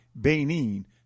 Benin